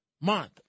month